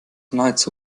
nahezu